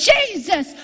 Jesus